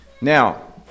Now